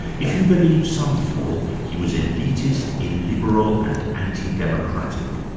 if you believe some people, he was elitist, illiberal and anti-democratic.